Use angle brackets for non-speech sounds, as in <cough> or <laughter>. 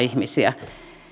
kotouttamaan ihmisiä <unintelligible>